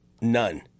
None